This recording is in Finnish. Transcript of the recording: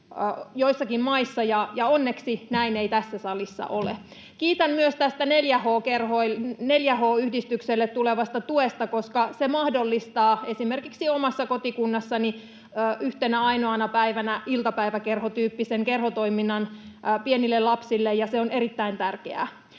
joissakin maissa, ja onneksi näin ei tässä salissa ole. Kiitän myös tästä 4H-yhdistykselle tulevasta tuesta, koska se mahdollistaa esimerkiksi omassa kotikunnassani yhtenä ainoana päivänä iltapäiväkerhotyyppisen kerhotoiminnan pienille lapsille, ja se on erittäin tärkeää.